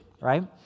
right